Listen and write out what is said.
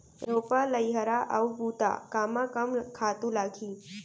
रोपा, लइहरा अऊ बुता कामा कम खातू लागही?